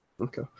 Okay